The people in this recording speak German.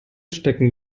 stecken